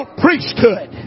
priesthood